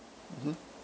mmhmm